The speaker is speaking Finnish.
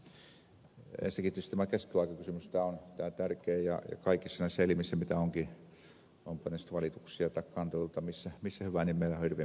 ensinnäkin tietysti tämä käsittelyaikakysymys on tärkeä ja kaikissa näissä elimissä mitä onkin ovatpa ne sitten valituksia tai kanteluita mitä hyvänsä niin meillä on hirveän pitkät käsittelyajat